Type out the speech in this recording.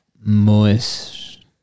Moist